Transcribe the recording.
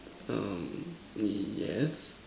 um yes